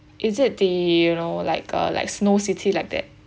is it the you know like uh like snow city like that